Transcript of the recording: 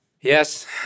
Yes